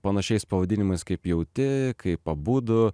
panašiais pavadinimais kaip jauti kaip abudu